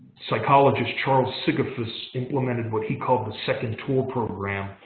psychologist charles sigafoos implemented what he called the second tour program,